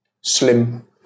slim